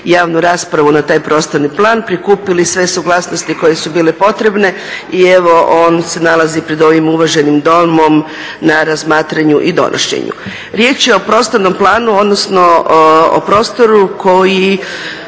Riječ je o prostornom planu, odnosno o prostoru koji